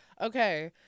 Okay